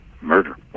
murder